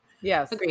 Yes